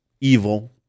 evil